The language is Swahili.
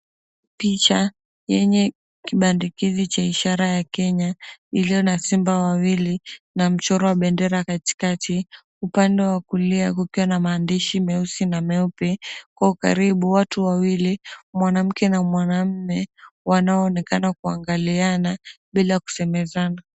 Picha yenye kibandikizi cha ishara ya Kenya iliyo na Simba wawili na mchoro wa bendera katikakati, upande wa kulia kukiwa na maandishi meusi na meupe, kwa ukaribu watu wawili mwanamke na mwanaume wanaonekana kuangaliana bila kusemezana.